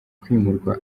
kwimurwa